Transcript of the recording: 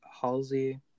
Halsey